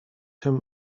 him